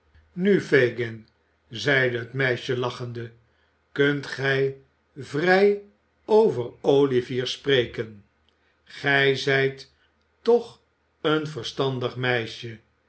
nu fagin zeide het meisje lachende kunt gij vrij over olivier spreken gij zijt toch een verstandig meisje